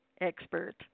expert